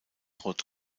rot